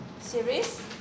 series